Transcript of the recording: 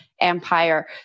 empire